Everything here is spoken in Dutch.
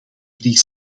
drie